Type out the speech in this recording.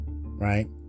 right